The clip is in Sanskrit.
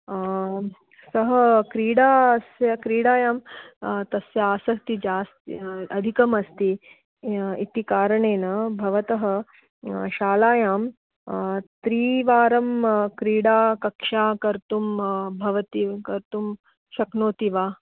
सः क्रीडा अस्य क्रीडायां तस्य आसक्ति जास् अधिकम् अस्ति इति कारणेन भवतः शालायां त्रिवारं क्रीडाकक्षा कर्तुं भवति कर्तुं शक्नोति वा